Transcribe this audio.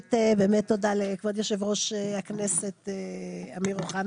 ראשית באמת תודה לכבוד יושב-ראש הכנסת אמיר אוחנה